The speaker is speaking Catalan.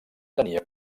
tenia